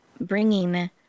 bringing